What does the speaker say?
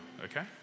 okay